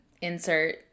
Insert